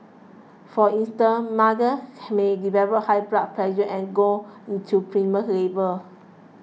for instance mothers may develop high blood pressure and go into labour